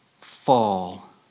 fall